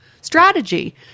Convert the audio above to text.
strategy